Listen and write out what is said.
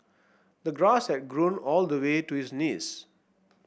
the grass had grown all the way to his knees